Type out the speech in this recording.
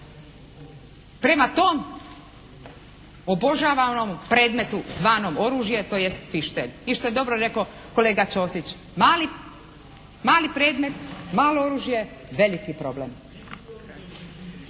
prema tom obožavanom predmetu zvanom oružje, tj. pištolj. I što je dobro rekao kolega Ćosić, mali predmet, malo oružje, veliki problem.